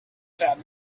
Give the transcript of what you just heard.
that